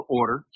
order